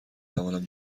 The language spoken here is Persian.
توانم